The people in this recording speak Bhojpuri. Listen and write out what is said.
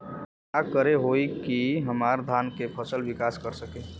का करे होई की हमार धान के फसल विकास कर सके?